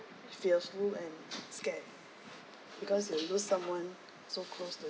fearful and scared because you lose someone so close to